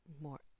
More